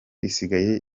isigaye